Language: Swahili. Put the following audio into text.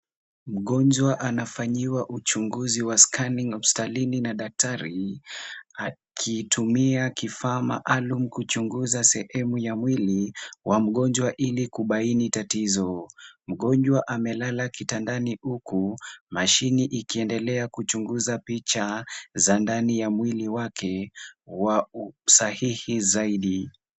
Mgonjwa anafanyiwa uchunguzi wa scanning hospitalini na daktari akitumia kifaa maalum kuchunguza sehemu ya mwili wa mgonjwa ili kubaini tatizo. Mgonjwa amelala kitandani huku mashini ikiendelea kuchunguza picha za ndani ya mwili wake sahihi zaidi.